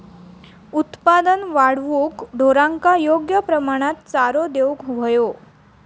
उत्पादन वाढवूक ढोरांका योग्य प्रमाणात चारो देऊक व्हयो